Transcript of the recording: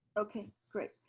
okay. great.